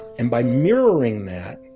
and by mirroring that,